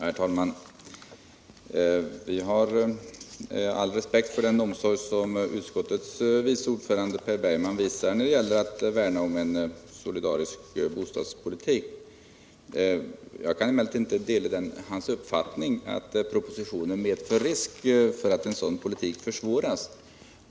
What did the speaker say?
Herr talman! Vi har all respekt för den omsorg som utskottets vice ordförande Per Bergman visar när det gäller att värna om en solidarisk bostadspolitik. Jag kan emellertid inte dela hans uppfattning att propositionen medför risk för att en sådan politik försvåras.